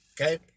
Okay